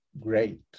great